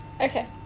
Okay